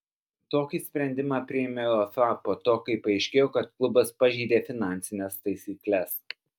tokį sprendimą priėmė uefa po to kai paaiškėjo kad klubas pažeidė finansines taisykles